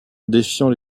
défiant